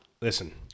listen